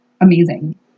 amazing